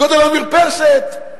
גודל המרפסת?